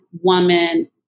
woman